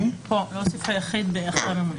להוסיף את היחיד אחרי הממונה.